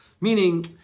Meaning